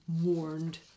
warned